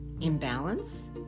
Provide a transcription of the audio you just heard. imbalance